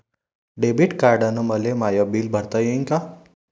Debit कार्डानं मले माय बिल भरता येईन का?